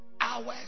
hours